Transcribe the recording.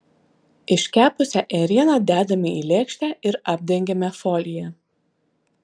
iškepusią ėrieną dedame į lėkštę ir apdengiame folija